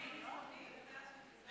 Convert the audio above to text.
סטנה שוואיה.